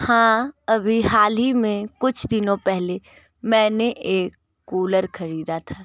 हाँ अभी हाल ही में कुछ दिनों पहले मैंने एक कूलर ख़रीदा था